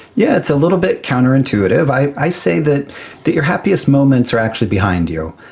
yeah it's a little bit counterintuitive. i say that that your happiest moments are actually behind you,